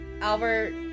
Albert